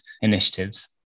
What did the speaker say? initiatives